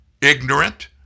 ignorant